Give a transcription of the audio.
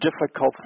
difficult